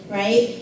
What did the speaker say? right